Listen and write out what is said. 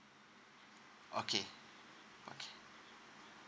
okay okay